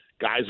guys